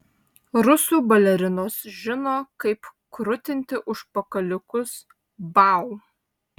rusų balerinos žino kaip krutinti užpakaliukus vau